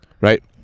Right